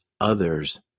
others